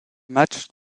matchs